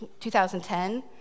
2010